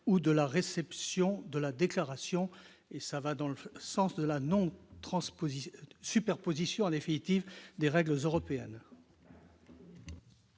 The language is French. ou de la réception de la déclaration et ça va dans le sens de la non-transposition superposition en définitive des règles européennes.